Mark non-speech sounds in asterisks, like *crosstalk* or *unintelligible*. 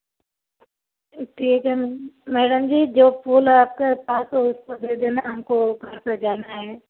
जी ठीक है मैडम जी जो फूल है आपका *unintelligible* दे देना हमको घर पर जाना है